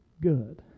good